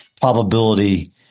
probability